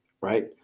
right